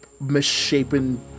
misshapen